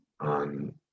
on